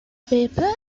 paper